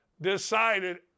decided